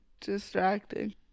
distracting